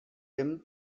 him